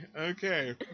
okay